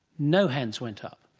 no hands went up.